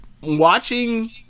watching